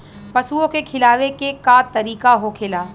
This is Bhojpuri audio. पशुओं के खिलावे के का तरीका होखेला?